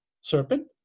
serpent